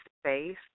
space